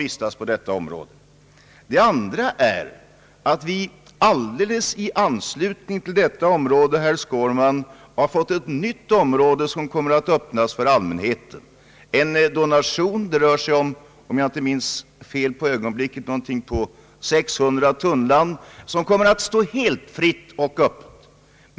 En annan sak, herr Skårman, är att vi alldeles i anslutning till detta område har fått ett nytt område, som kommer att öppnas för allmänheten. Jag tänker på en donation, som om jag inte minns fel omfattar ett område på 600 tunnland, vilket kommer att stå öppet för allmänheten helt avgiftsfritt.